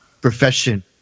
profession